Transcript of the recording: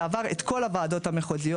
זה עבר את כל הוועדות המחוזיות.